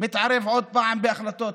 מתערב עוד פעם בהחלטות.